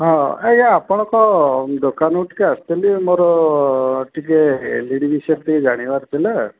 ହଁ ଆଜ୍ଞା ଆପଣଙ୍କ ଦୋକାନକୁ ଟିକେ ଆସିଥିଲି ମୋର ଟିକେ ଏଲ୍ ଇ ଡ଼ି ବିଷୟରେ ଟିକେ ଜାଣିବାର ଥିଲା